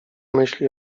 myśli